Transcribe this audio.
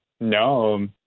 No